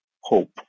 hope